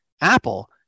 Apple